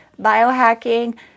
biohacking